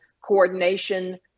coordination